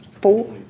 four